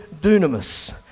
dunamis